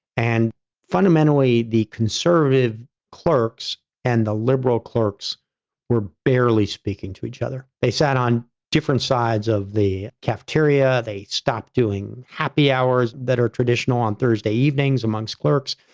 and fundamentally, the conservative clerks and the liberal clerks were barely speaking to each other, they sat on different sides of the cafeteria, they stopped doing happy hours that are traditional on thursday evenings amongst clerks.